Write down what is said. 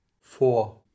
Four